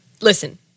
Listen